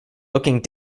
looking